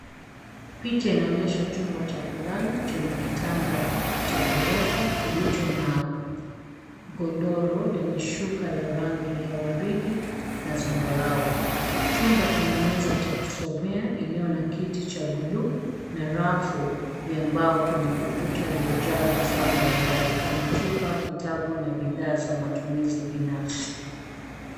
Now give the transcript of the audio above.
Picha inaonyesha chumba cha kulala chenye kitanda cha ghorofa kilicho na godoro lenye shuka la rangi ya waridi na zambarau. Chumba kina meza ya kusomea iliyo na kiti cha buluu, na rafu ya mbao kwenye ukuta iliyojaa vifaa mbalimbali kama: chupa, vitabu na bidhaa za matumizi binafsi.